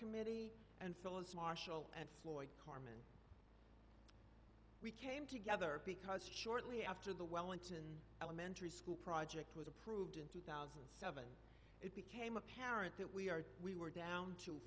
committee and phyllis marshall and we came together because shortly after the wellington elementary school project was approved in two thousand so it became apparent that we are we were down to